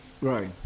Right